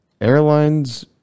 Airlines